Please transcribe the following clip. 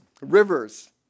rivers